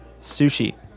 Sushi